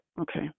Okay